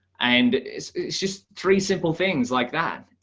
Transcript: and it's just three simple things like that.